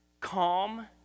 calm